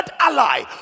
ally